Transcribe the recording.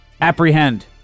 Apprehend